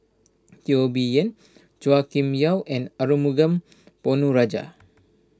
Teo Bee Yen Chua Kim Yeow and Arumugam Ponnu Rajah